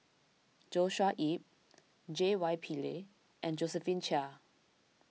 Joshua Ip J Y Pillay and Josephine Chia